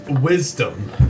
wisdom